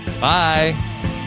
bye